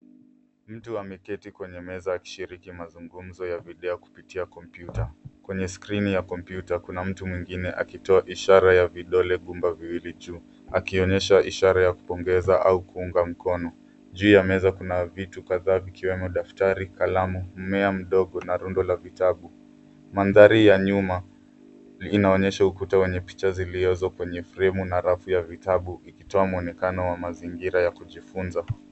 Mtu ameketi kwenye meza akishiriki mazungumzo ya video kupitia kompyuta. Kwenye skrini ya kompyuta, kuna mtu mwingine akitoa ishara ya vidole gumba viwili juu, akionyesha ishara ya kupongeza au kuunga mkono. Juu ya meza kuna vitu kadhaa vikiwemo: daftari, kalamu, mmea mdogo na rundo la vitabu. Mandhari ya nyuma inaonyesha ukuta wenye picha ziliozo kwenye fremu na rafu ya vitabu ikitoa mwonekano wa mazingira ya kujifunza.